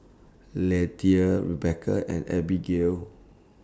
Leatha Rebecca and Abigayle